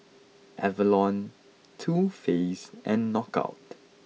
Avalon Too Faced and Knockout